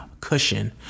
cushion